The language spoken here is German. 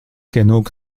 genug